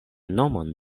nomon